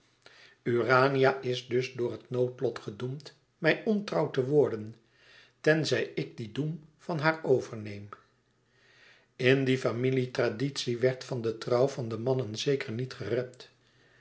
urania is dus door het noodlot gedoemd mij ontrouw te worden tenzij ik die doem van haar overneem in die familie traditie werd van de trouw van de mannen zeker niet gerept